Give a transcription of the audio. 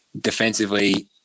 defensively